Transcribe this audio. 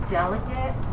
delicate